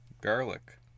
garlic